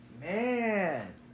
Man